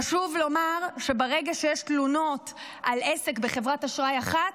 חשוב לומר שברגע שיש תלונות על עסק בחברת אשראי אחת,